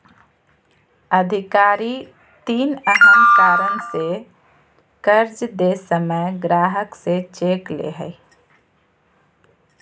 अधिकारी तीन अहम कारण से कर्ज दे समय ग्राहक से चेक ले हइ